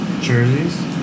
Jerseys